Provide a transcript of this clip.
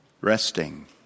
Resting